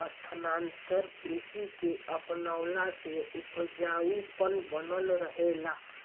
स्थानांतरण कृषि के अपनवला से उपजाऊपन बनल रहेला